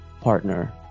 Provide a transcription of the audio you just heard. partner